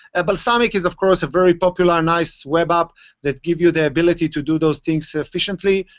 ah balsamiq is, of course, a very popular, nice web app that gives you the ability to do those things efficiently,